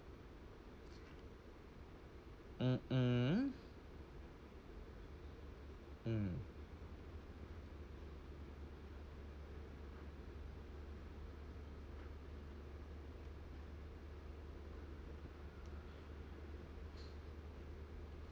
mm mm mm